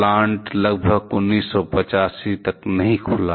plant लगभग 1985 तक नहीं खुला